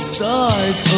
Stars